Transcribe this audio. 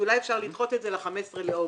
שאולי אפשר לדחות את זה ל-15 באוגוסט.